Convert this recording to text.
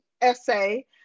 essay